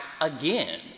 again